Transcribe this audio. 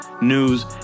news